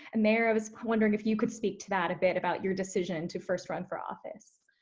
and mayor, i was wondering if you could speak to that a bit about your decision to first run for office.